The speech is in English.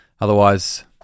Otherwise